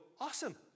awesome